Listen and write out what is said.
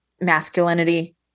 masculinity